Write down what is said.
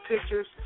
pictures